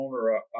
owner